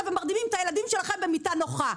ומרדימים את הילדים שלכם במיטה נוחה?